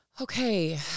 okay